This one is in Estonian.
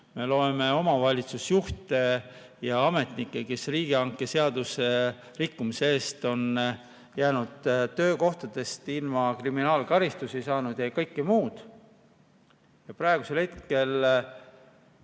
Me loeme omavalitsusjuhtidest ja ametnikest, kes riigihangete seaduse rikkumise eest on jäänud töökohtadest ilma, kriminaalkaristusi saanud ja kõike muud. Aga praegusel hetkel